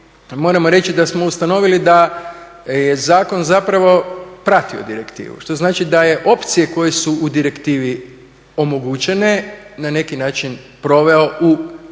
Moramo reći da smo ustanovili da je zakon zapravo pratio direktivu, što znači da je opcije koje su u direktivi omogućene na neki način proveo u sam tekst